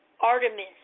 Artemis